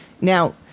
Now